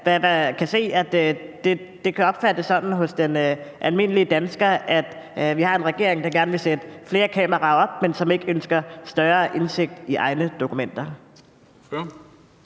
ikke kan se, at det kan opfattes sådan hos den almindelige dansker, at vi har en regering, der gerne vil sætte flere kameraer op, men som ikke ønsker større indsigt i egne dokumenter. Kl.